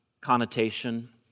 connotation